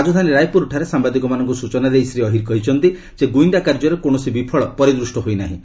ରାଜଧାନୀ ରାୟପୁରଠାରେ ସାମ୍ବାଦିକମାନଙ୍କୁ ସୂଚନା ଦେଇ ଶ୍ରୀ ଅହିର କହିଛନ୍ତି ଯେ ଗୁଇନ୍ଦା କାର୍ଯ୍ୟରେ କୌଣସି ବିଫଳ ପରିଦୃଷ୍ଟ ହୋଇନାହିଁ